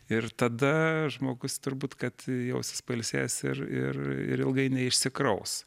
ir tada žmogus turbūt kad jausis pailsėjęs ir ir ir ilgai neišsikraus